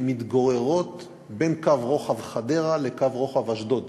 מתגוררים בין קו רוחב חדרה לקו רוחב אשדוד.